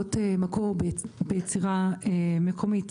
ביצירת מקור ביצירה מקומית.